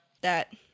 That-